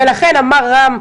ולכן אמר רם,